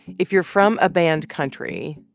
if you're from a banned country,